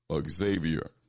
Xavier